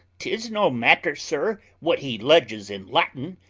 tis no matter, sir, what he leges in latin.